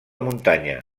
muntanya